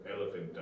elephant